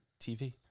TV